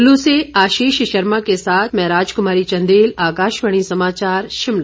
कुल्लू से आशीष शर्मा के साथ मैं राजकुमारी चंदेल आकाशवाणी समाचार शिमला